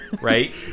right